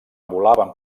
volaven